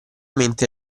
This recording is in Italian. mente